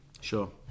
Sure